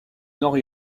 nord